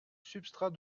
substrat